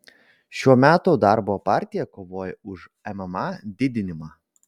šiuo metu darbo partija kovoja už mma didinimą